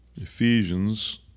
Ephesians